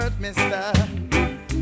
Mister